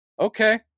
okay